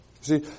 See